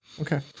Okay